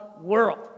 world